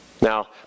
Now